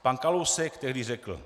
Pan Kalousek tehdy řekl: